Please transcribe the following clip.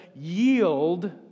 yield